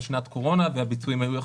שנת קורונה והביצועים היו יחסית נמוכים.